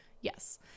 Yes